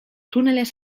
túneles